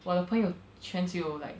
我的朋友圈只有 like